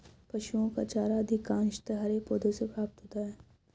पशुओं का चारा अधिकांशतः हरे पौधों से प्राप्त होता है